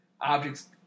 objects